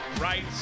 right